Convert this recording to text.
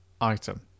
item